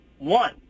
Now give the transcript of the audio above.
One